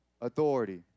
authority